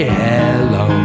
hello